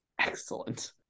Excellent